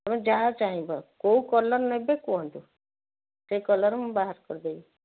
ତମେ ଯାହା ଚାହିଁବ କେଉଁ କଲର ନେବେ କୁହନ୍ତୁ ସେଇ କଲର ମୁଁ ବାହାର କରିଦେବି